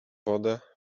wodę